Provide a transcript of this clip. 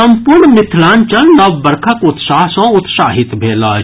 संपूर्ण मिथिलांचल नव वर्षक उत्साह सँ उत्साहित भेल अछि